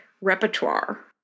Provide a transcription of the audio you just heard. repertoire